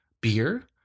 beer